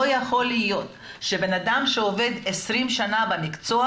לא יכול להיות שבן אדם שעובד 20 שנים במקצוע